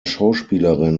schauspielerin